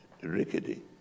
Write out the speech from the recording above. rickety